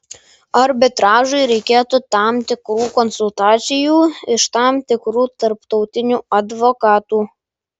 arbitražui reikėtų tam tikrų konsultacijų iš tam tikrų tarptautinių advokatų